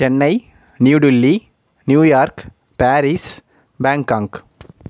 Chennai New Delhi New York Paris Bangkok